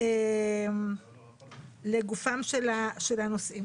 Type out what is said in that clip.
לגופם של הנושאים.